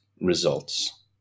results